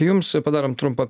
jums padarome trumpą